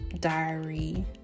diary